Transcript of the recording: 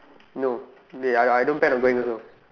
no they I I don't plan on going also